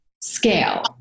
scale